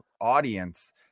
audience